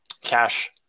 cash